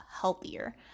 healthier